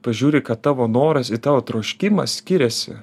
pažiūri kad tavo noras ir tavo troškimas skiriasi